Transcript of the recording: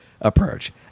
approach